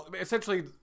Essentially